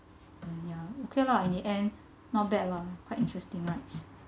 uh ya okay lah in the end not bad lah quite interesting rides